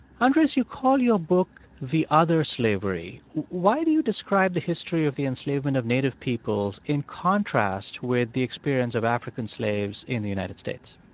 andres, you call your book the other slavery. why do you describe the history of the enslavement of native peoples in contrast with the experience of african slaves in the united states?